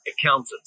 accountant